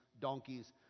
donkeys